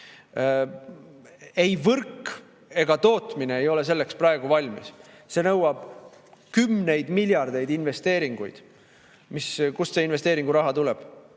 ei võrk ega tootmine ei ole selleks praegu valmis. See nõuab kümneid miljardeid investeeringuteks. Kust see investeeringuraha tuleb?